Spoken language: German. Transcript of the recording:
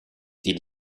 die